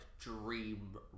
dream